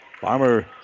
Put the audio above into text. Farmer